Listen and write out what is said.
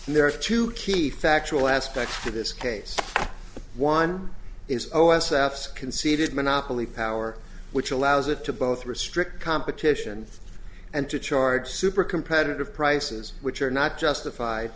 and there are two key factual aspects to this case one is o s f conceded monopoly power which allows it to both restrict competition and to charge super competitive prices which are not justified